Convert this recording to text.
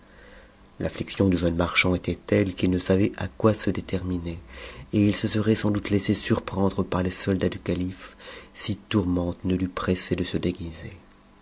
l'amiction du jeune marchand était telle qu'il ne savait à quoi se déterminer et il se serait sans doute laissé surprendre par les soldats du calife si tourmente ne t'eût pressé de se déguiser